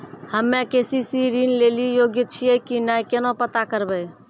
हम्मे के.सी.सी ऋण लेली योग्य छियै की नैय केना पता करबै?